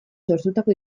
sortutako